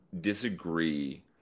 disagree